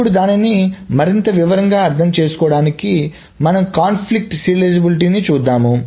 ఇప్పుడు దాన్ని మరింత వివరంగా అర్థం చేసుకోవడానికి మనం కాన్ఫ్లిక్ట్ సీరియలైజబిలిటీని చూద్దాము